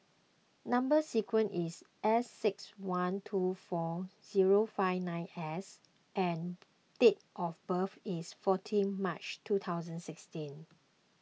Number Sequence is S six one two four zero five nine S and date of birth is fourteen March two thousand and sixteen